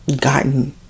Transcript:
gotten